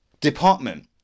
department